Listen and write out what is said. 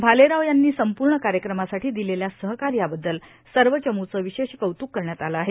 भालेराव यांनी संपूर्ण कार्यक्रमासाठी दिलेल्या सहकार्याबद्दल सर्व चमूचं विशेष कौतूक करण्यात आलं आहे